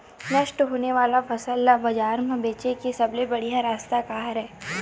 नष्ट होने वाला फसल ला बाजार मा बेचे के सबले बढ़िया रास्ता का हरे?